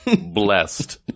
Blessed